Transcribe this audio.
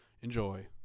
Enjoy